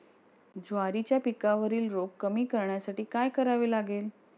ज्वारीच्या पिकावरील रोग कमी करण्यासाठी काय करावे लागेल?